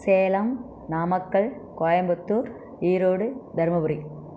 Salem Namakkal Coimbatore Erode Dharmapuri